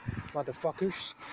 motherfuckers